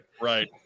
Right